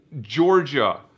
Georgia